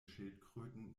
schildkröten